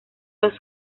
los